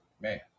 man